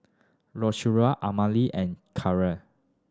Lucero Amelie and Caleigh